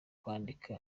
kwandika